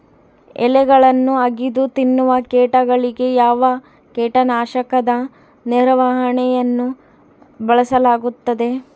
ಎಲೆಗಳನ್ನು ಅಗಿದು ತಿನ್ನುವ ಕೇಟಗಳಿಗೆ ಯಾವ ಕೇಟನಾಶಕದ ನಿರ್ವಹಣೆಯನ್ನು ಬಳಸಲಾಗುತ್ತದೆ?